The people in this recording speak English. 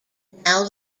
now